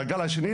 הגל השני,